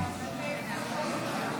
2024,